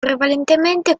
prevalentemente